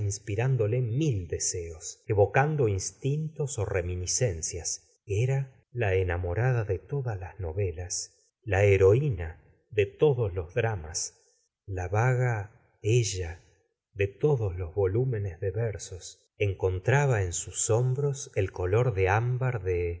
inspirándole mil deseos evoeando instintos ó reminiscendas era la enamora da de todas las novelas la heroína de todos los dramas la vaga ella de todos los volúmenes de ver sos encontraba en sus hombros el color de ámbar de